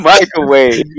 Microwave